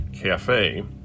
cafe